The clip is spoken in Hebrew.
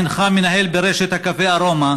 מנהל ברשת הקפה ארומה